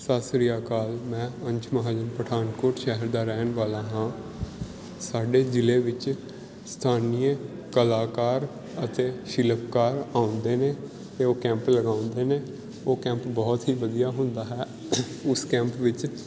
ਸਤਿ ਸ਼੍ਰੀ ਅਕਾਲ ਮੈਂ ਅੰਸ਼ ਮਹਾਜਨ ਪਠਾਨਕੋਟ ਸ਼ਹਿਰ ਦਾ ਰਹਿਣ ਵਾਲਾ ਹਾਂ ਸਾਡੇ ਜ਼ਿਲ੍ਹੇ ਵਿੱਚ ਸਥਾਨੀਏ ਕਲਾਕਾਰ ਅਤੇ ਸ਼ਿਲਪਕਾਰ ਆਉਂਦੇ ਨੇ ਅਤੇ ਉਹ ਕੈਂਪ ਲਗਾਉਂਦੇ ਨੇ ਉਹ ਕੈਂਪ ਬਹੁਤ ਹੀ ਵਧੀਆ ਹੁੰਦਾ ਹੈ ਉਸ ਕੈਂਪ ਵਿੱਚ